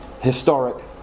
historic